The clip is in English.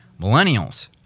Millennials